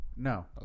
No